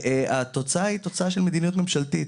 והתוצאה היא תוצאה של מדיניות ממשלתית,